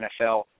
NFL